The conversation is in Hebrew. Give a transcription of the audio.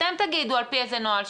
אתם תגידו על פי איזה נוהל,